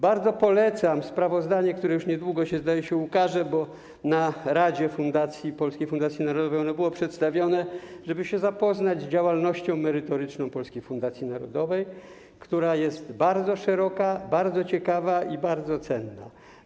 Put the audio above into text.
Bardzo polecam sprawozdanie, które już niedługo, zdaje się, ukaże się, bo na posiedzeniu rady Polskiej Fundacji Narodowej ono było przedstawione, po to żeby zapoznać się z działalnością merytoryczną Polskiej Fundacji Narodowej, która jest bardzo szeroka, bardzo ciekawa i bardzo cenna.